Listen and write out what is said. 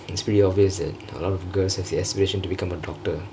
it's pretty obvious that a lot of girls have the aspiration to become a doctor